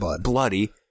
bloody